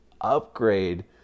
upgrade